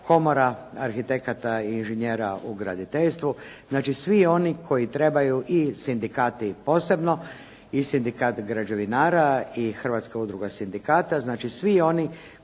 Komora arhitekata i inženjera u graditeljstvu, znači svi oni koji trebaju i sindikati posebno, i sindikat građevinara, i Hrvatska udruga sindikata, znači svi oni koji imaju